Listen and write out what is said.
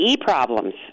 problems